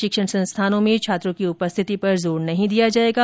शिक्षण संस्थानों में छात्रों की उपस्थिति पर जोर नहीं दिया जाएगा